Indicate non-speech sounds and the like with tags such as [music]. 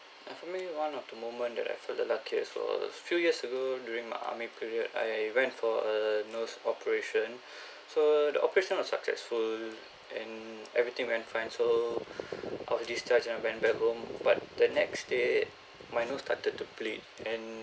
uh for me one of the moment that I feel the luckiest was few years ago during my army career I went for a nose operation [breath] so the operation was successful and everything went fine so [breath] I was discharged and I went back home but the next day my nose started to bleed and